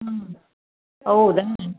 ಹ್ಞೂ ಹೌದಾ